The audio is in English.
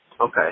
Okay